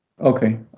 Okay